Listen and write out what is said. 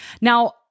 Now